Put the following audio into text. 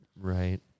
right